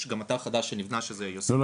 יש גם אתר חדש שנבנה --- לא,